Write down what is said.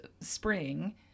spring